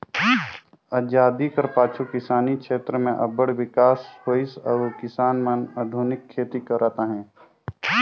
अजादी कर पाछू किसानी छेत्र में अब्बड़ बिकास होइस अउ किसान मन आधुनिक खेती करत अहें